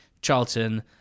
Charlton